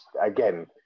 again